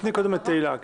תני קודם לתהילה.